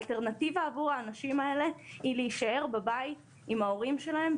האלטרנטיבה עבור האנשים האלה היא להישאר בבית עם ההורים שלהם,